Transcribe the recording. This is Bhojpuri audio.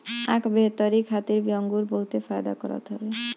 आँख बेहतरी खातिर भी अंगूर बहुते फायदा करत हवे